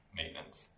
maintenance